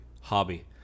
Hobby